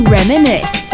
Reminisce